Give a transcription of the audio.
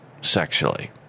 sexually